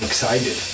Excited